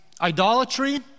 idolatry